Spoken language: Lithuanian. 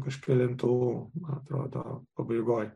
kažkelintų atrodo pabaigoj